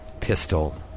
pistol